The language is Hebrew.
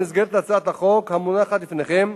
ובמסגרת הצעת החוק המונחת לפניכם,